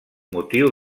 motiu